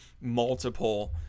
multiple